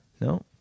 No